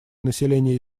население